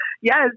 yes